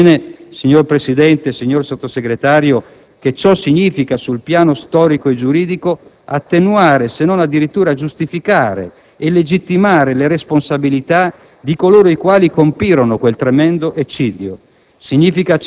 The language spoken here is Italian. Capite bene, signor Presidente, signor Sottosegretario, che ciò significa, sul piano storico e giuridico, attenuare, se non addirittura giustificare e legittimare, le responsabilità di coloro i quali compirono quel tremendo eccidio.